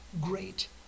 great